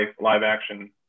live-action